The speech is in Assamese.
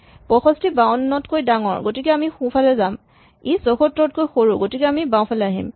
৬৫ ৫২ ত কৈ ডাঙৰ গতিকে আমি সোঁফালে যাম ই ৭৪ তকৈ সৰু গতিকে আমি বাওঁফালে আহিম